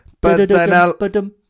personal